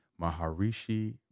Maharishi